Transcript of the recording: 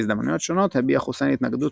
בהזדמנויות שונות הביע חוסיין התנגדות